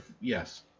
Yes